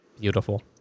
Beautiful